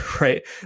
right